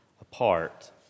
apart